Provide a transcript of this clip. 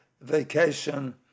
Vacation